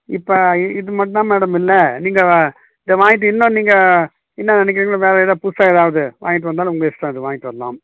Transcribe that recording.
இப்போ இ இது மட்டும் தான் மேடம் இல்லை நீங்கள் இதை வாங்கிட்டீங்கனா நீங்கள் என்னா நெனைக்கிறீங்களோ வேறு ஏதோ புதுசாக எதாவது வாங்கிட்டு வந்தாலும் உங்கள் இஷ்டம் அது வாங்கிட்டு வரலாம்